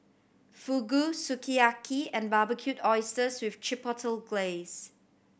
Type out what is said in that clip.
Fugu Sukiyaki and Barbecued Oysters with Chipotle Glaze